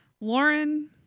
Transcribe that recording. Lauren